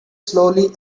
slowly